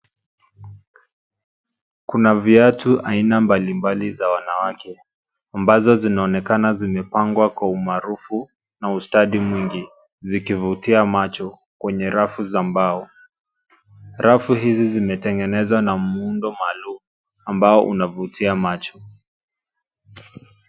Kuna viatu aina mbalimbali za wanawake ambazo zinaonekana zimepangwa kwa umaarufu na ustadi mwingi zikivutia macho kwenye rafu za mbao. Rafu hizi zimetengenezwa na muundo maalum ambao unavutia macho.